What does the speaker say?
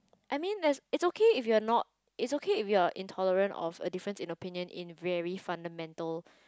I mean ther's it's okay if you are not it's okay if you are intolerant of a difference in opinion in very fundamental